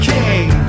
King